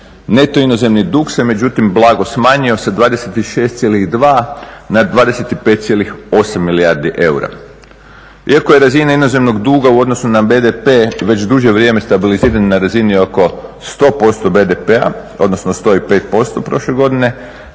Neto inozemni dug se međutim blago smanjio sa 26,2 na 25,8 milijardi eura. Iako je razina inozemnog duga u odnosu na BDP već duže stabilizirana na razini oko 100% BDP-a, odnosno 105% prošle godine,